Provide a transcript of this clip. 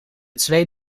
twee